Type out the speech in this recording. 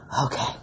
Okay